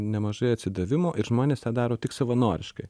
nemažai atsidavimo ir žmonės tą daro tik savanoriškai